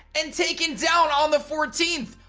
and taken down on the fourteenth.